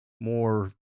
more